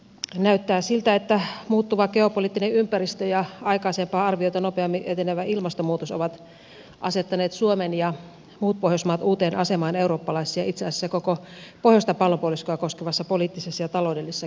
näyttää siltä että muuttuva geopoliittinen ympäristö ja aikaisempaa arviota nopeammin etenevä ilmastonmuutos ovat asettaneet suomen ja muut pohjoismaat uuteen asemaan eurooppalaisessa ja itse asiassa koko pohjoista pallonpuoliskoa koskevassa poliittisessa ja taloudellisessa keskustelussa